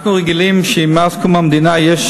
אנחנו רגילים שמאז קום המדינה יש